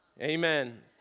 Amen